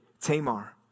Tamar